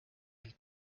and